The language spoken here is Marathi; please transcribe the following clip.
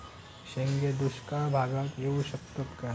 शेंगे दुष्काळ भागाक येऊ शकतत काय?